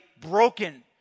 broken